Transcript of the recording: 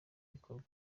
bikorwa